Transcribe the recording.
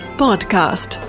podcast